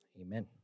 Amen